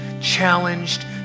challenged